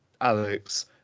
Alex